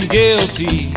guilty